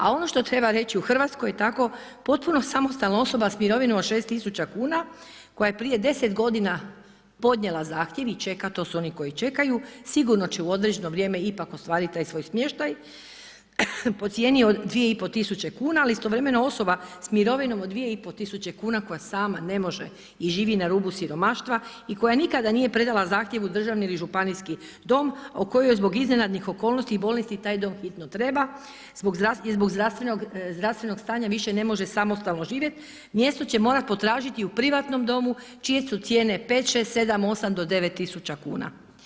A ono što treba reći u Hrvatskoj je tako potpuno samostalna osoba s mirovinom od 6000 kuna koja je prije deset godina podnijela zahtjev i čeka, to su oni koji čekaju, sigurno će u određeno vrijeme ipak ostvariti taj svoj smještaj po cijeni od 2500 kuna, ali istovremeno osoba s mirovinom od 2500 kuna koja sama ne može i živi na rubu siromaštva i koja nikada nije predala zahtjev u državni ili županijski dom o kojoj zbog iznenadnih okolnosti i bolesti taj dom hitno treba i zbog zdravstvenog stanja više ne može samostalno živjet, mjesto će morati potražiti u privatnom domu čije su cijene 5,6,7,8 do 9 tisuća kuna.